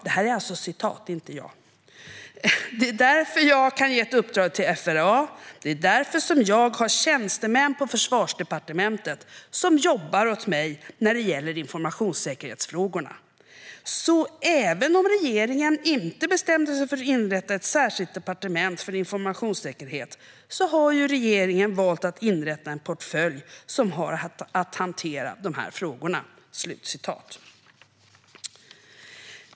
Det är därför jag kan ge ett uppdrag till FRA, det är därför som jag har tjänstemän på försvarsdepartementet som jobbar åt mig när det gäller informationssäkerhetsfrågorna. Så även om regeringen inte bestämde sig för att inrätta ett särskilt departement för informationssäkerhet så har ju regeringen valt att inrätta en portfölj som har att hantera de här frågorna."